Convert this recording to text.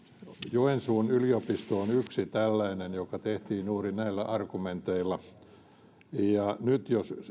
joensuun yliopisto on yksi tällainen joka tehtiin juuri näillä argumenteilla ja nyt jos